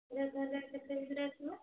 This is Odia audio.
ଏଇଟା ତା'ହେଲେ କେତେ ଭିତରେ ଆସିବ